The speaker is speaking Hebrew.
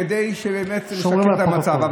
כדי שבאמת נשפר את המצב.